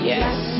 Yes